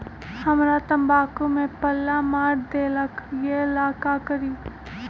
हमरा तंबाकू में पल्ला मार देलक ये ला का करी?